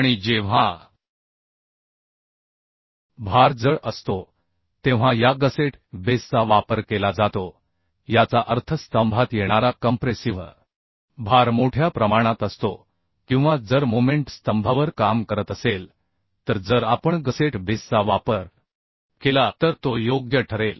आणि जेव्हा भार जड असतो तेव्हा या गसेट बेसचा वापर केला जातो याचा अर्थ स्तंभात येणारा कंप्रेसिव्ह भार मोठ्या प्रमाणात असतो किंवा जर मोमेंट स्तंभावर काम करत असेल तर जर आपण गसेट बेसचा वापर केला तर तो योग्य ठरेल